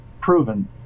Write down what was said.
proven